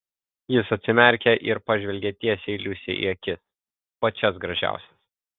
jis atsimerkė ir pažvelgė tiesiai liusei į akis pačias gražiausias